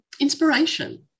inspiration